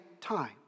time